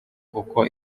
uko